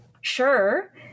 sure